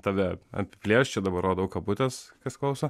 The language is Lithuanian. tave apiplėš čia dabar rodau kabutes kas klauso